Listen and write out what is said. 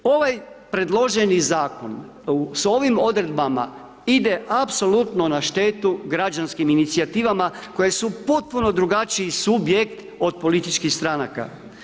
Ovaj predloženi Zakon s ovim odredbama, ide apsolutno na štetu građanskim inicijativama koje su potpuno drugačiji subjekt od političkih stranaka.